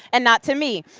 and not to me.